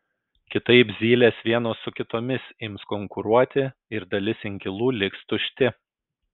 kitaip zylės vienos su kitomis ims konkuruoti ir dalis inkilų liks tušti